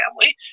family